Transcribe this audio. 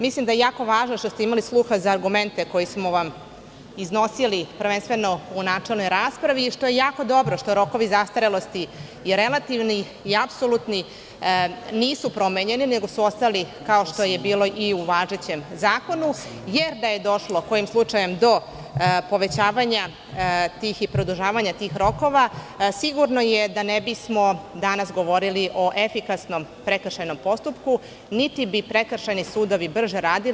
Mislim da je jako važno što ste imali sluha za argumente koje smo vam iznosili, prvenstveno u načelnoj raspravi i što je jako dobro što rokovi zastarelosti i relativni i apsolutni nisu promenjeni, nego su ostali kao što je bilo i važećem zakonu, jer da je kojim slučajem došlo do povećavanja i produžavanja tih rokova, sigurno je da ne bismo danas govorili o efikasnom prekršajnom postupku, niti bi prekršajni sudovi brže radili.